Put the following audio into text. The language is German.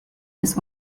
des